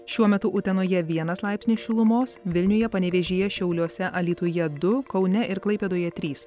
šiuo metu utenoje vienas laipsnis šilumos vilniuje panevėžyje šiauliuose alytuje du kaune ir klaipėdoje trys